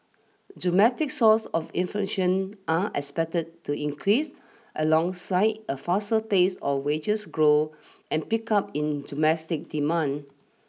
domestic sources of inflation are expected to increase alongside a faster pace of wages growth and pickup in domestic demand